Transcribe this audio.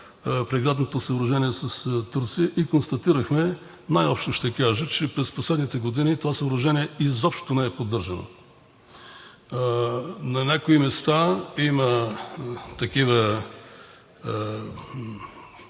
преградното съоръжение с Турция и констатирахме – най-общо ще кажа, че през последните години това съоръжение изобщо не е поддържано. На някои места има такива